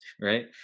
right